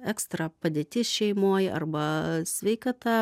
ekstra padėtis šeimoj arba sveikata